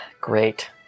Great